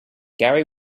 gary